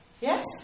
Yes